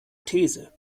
these